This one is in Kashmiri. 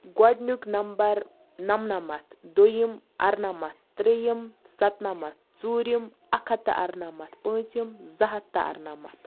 گۄڈٕنیُک نمبر نَمنَمَتھ دۄیِم اَرنَمَتھ ترٛیٚیِم سَتہٕ نَمَتھ ژوٗرِم اَکھ ہَتھ تہٕ اَرنَمَتھ پٲنٛژِم زٕ ہَتھ تہٕ اَرنَمَتھ